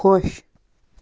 خۄش